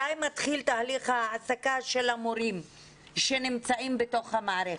מתי מתחיל תהליך ההעסקה של המורים שנמצאים בתוך המערכת?